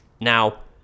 Now